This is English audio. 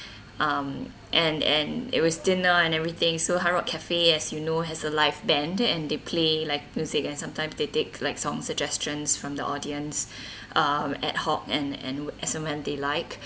um and and it was dinner and everything so Hard Rock Cafe as you know has a live band and they play like music and sometimes they take like song suggestions from the audience um ad hoc and and as when they like